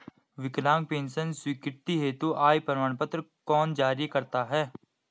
विकलांग पेंशन स्वीकृति हेतु आय प्रमाण पत्र कौन जारी करता है?